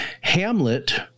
Hamlet